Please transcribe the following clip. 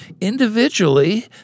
individually